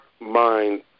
mind